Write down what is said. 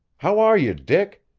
how are you, dick?